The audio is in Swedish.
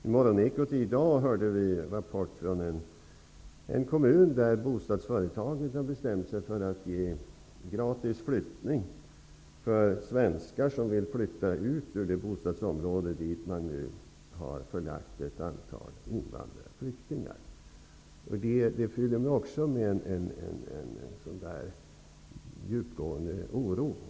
I Morgonekot i dag kunde vi höra en rapport från en kommun där bostadsföretaget hade bestämt sig för att ge gratis flyttning för svenskar som vill flytta ut ur det bostadsområde dit man nu har förlagt ett antal flyktingar. Det fyller mig också med en djupgående oro.